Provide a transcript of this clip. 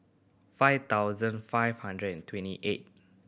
five thousand five hundred and twenty eight